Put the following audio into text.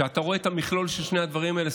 כשאתה רואה את המכלול של שני הדברים האלה,